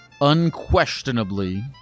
unquestionably